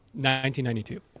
1992